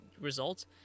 results